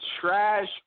trash